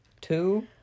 Two